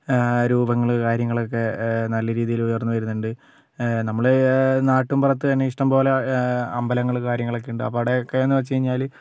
രൂപങ്ങള് കാര്യങ്ങളൊക്കേ നല്ല രീതിയിൽ ഉയർന്ന് വരുന്നുണ്ട് നമ്മള് നാട്ടും പുറത്ത് തന്നേ ഇഷ്ടംപോലെ അമ്പലങ്ങള് കാര്യങ്ങളൊക്കേ ഉണ്ട് അവിടെ ഒക്കെ എന്ന് വെച്ച് കഴിഞ്ഞാല്